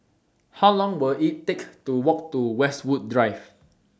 How Long Will IT Take to Walk to Westwood Drive